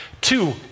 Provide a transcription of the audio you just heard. Two